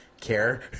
care